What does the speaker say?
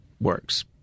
works